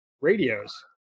radios